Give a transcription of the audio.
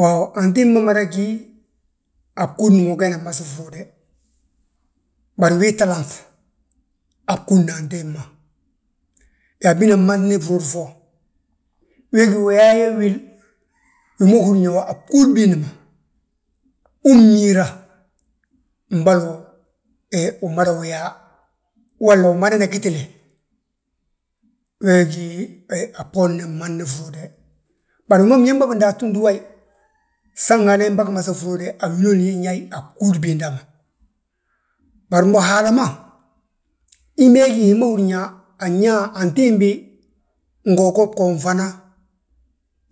Waaw antimbi mada gí, a bgúudi uu geena masi frude, bari wi talanŧ, a bgúudna antimbi ma. Yaa bina mmasni frud fo, we gí uyaaye wi, wi ma húrin yaa a bgúud biindi ma, uu mmiira, mbolo umadawi yaa, walla umadana gitile. Wee gí a bboorni fmasni frude, bari wi ma biñaŋ ma bindúba tu ndúwayi, san Haala imbagi masi frude, a winooni nyaayi a bgúudi biinda ma. Bari Haala ma, hi mee gí hi ma húrin yaa anñaa antimbi, ngogo bgo mfana,